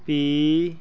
P